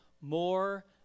more